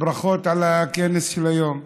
ברכות על הכנס של היום,